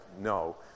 no